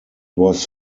was